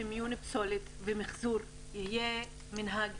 שמיון פסולת ומיחזור יהיה מנהג,